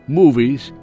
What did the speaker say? movies